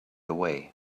away